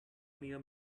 near